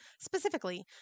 Specifically